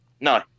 No